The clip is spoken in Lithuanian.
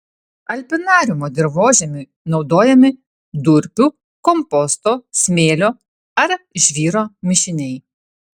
alpinariumo dirvožemiui naudojami durpių komposto smėlio ar žvyro mišiniai